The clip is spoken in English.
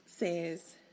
says